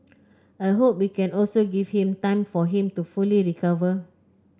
I hope we can also give him time for him to fully recover